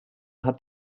hat